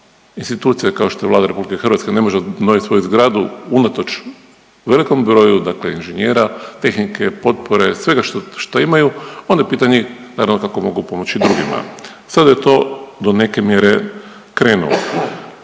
institucija kao što je Vlada Republike Hrvatske ne može obnoviti svoju zgradu unatoč velikom broju, dakle inženjera, tehnike, potpore, svega što imaju onda je pitanje naravno kako mogu pomoći drugima. Sada je to do neke mjere krenulo.